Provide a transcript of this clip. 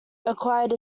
acquired